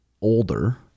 older